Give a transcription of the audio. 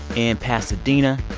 in pasadena,